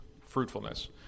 fruitfulness